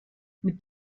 mit